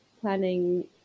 planning